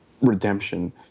redemption